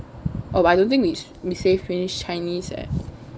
oh but I don't think we say finish chinese eh